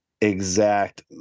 exact